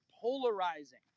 polarizing